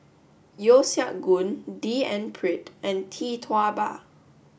Yeo Siak Goon D N Pritt and Tee Tua Ba